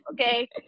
Okay